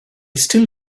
still